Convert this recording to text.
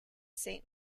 saint